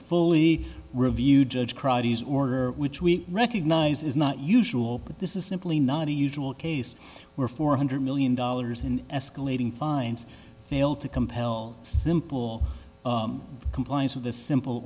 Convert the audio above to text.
fully review judge order which we recognize is not usual that this is simply not a usual case where four hundred million dollars in escalating fines fail to compel simple compliance with a simple